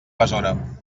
besora